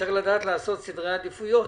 צריך לדעת לעשות סדרי עדיפויות,